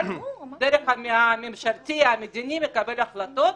אבל הדרג הממשלתי, המדיני מקבל החלטות.